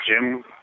Jim